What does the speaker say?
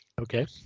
Okay